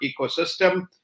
ecosystem